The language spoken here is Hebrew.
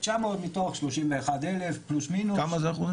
900 מתוך 31,000 פלוס מינוס.